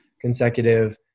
consecutive